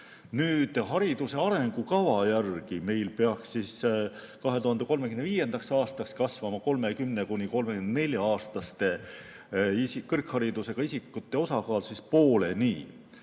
Hariduse arengukava järgi peaks meil 2035. aastaks kasvama 30–34‑aastaste kõrgharidusega isikute osakaal pooleni.